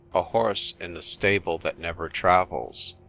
a horse in a stable that never travels,